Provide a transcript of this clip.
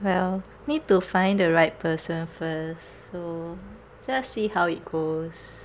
well need to find the right person first so just see how it goes